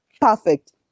perfect